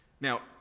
Now